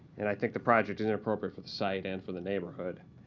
and i think the project is inappropriate for the site and for the neighborhood.